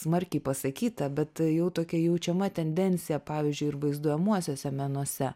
smarkiai pasakyta bet jau tokia jaučiama tendencija pavyzdžiui ir vaizduojamuosiuose menuose